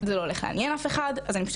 זה לא הולך לעניין אף אחד אז אני פשוט